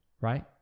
Right